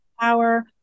power